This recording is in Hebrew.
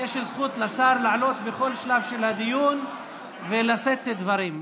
יש לשר זכות לעלות בכל שלב של הדיון ולשאת דברים.